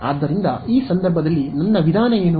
ಆದ್ದರಿಂದ ಈ ಸಂದರ್ಭದಲ್ಲಿ ನನ್ನ ವಿಧಾನ ಏನು